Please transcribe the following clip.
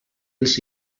els